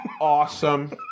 awesome